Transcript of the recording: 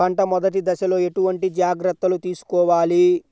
పంట మెదటి దశలో ఎటువంటి జాగ్రత్తలు తీసుకోవాలి?